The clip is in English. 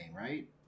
right